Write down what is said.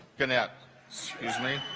gannett excuse me